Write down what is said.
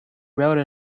wrote